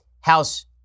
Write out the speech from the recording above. House